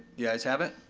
the ayes have it.